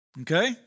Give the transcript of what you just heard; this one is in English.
Okay